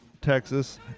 Texas